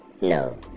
No